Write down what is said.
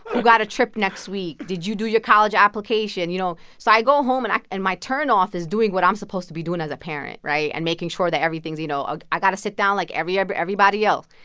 who got a trip next week? did you do your college application, you know? so i go home, and i and my turn-off is doing what i'm supposed to be doing as a parent right? and making sure that everything's, you know ah i got to sit down like but everybody else.